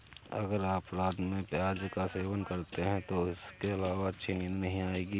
अगर आप रात में प्याज का सेवन करते हैं तो इससे आपको अच्छी नींद आएगी